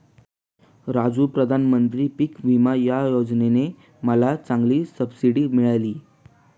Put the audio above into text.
राजू प्रधानमंत्री पिक विमा योजने ने मला चांगली सबसिडी मिळाली